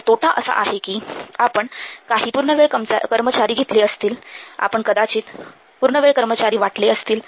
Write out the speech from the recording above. तर तोटा असा आहे कि आपण काही पूर्णवेळ कर्मचारी घेतले असतील आपण कदाचित पूर्णवेळ कर्मचारी वाटले असतील